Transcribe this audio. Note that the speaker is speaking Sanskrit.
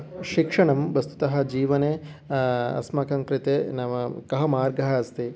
शिक्षणं वस्तुतः जीवने अस्माकं कृते नाम कः मार्गः अस्ति